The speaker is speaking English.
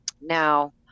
now